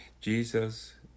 Jesus